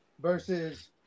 versus